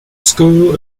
school